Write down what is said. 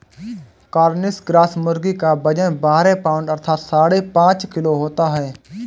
Cornish cross मुर्गी का वजन बारह पाउण्ड अर्थात साढ़े पाँच किलो होता है